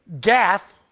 Gath